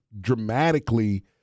dramatically